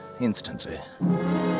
instantly